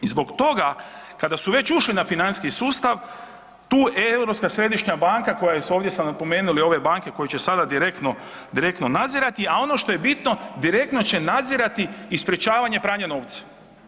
I zbog toga kada su već ušli na financijski sustav tu Europska središnja banka, ovdje sam napomenuo ove banke koje će sada direktno nazirati, a ono što je bitno direktno će nadzirati i sprečavanje pranja novca.